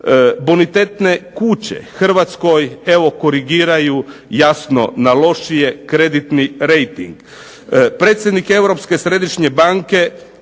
Bonitetne kuće Hrvatskoj evo korigiraju jasno na lošije kreditnih rejting.